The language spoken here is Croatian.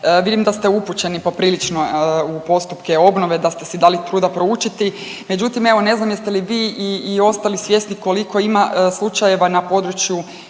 vidim da ste upućeni poprilično u postupke obnove, da ste si dali truda proučiti. Međutim, ne znam jeste li vi i ostali svjesni koliko ima slučajeva na području